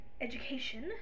education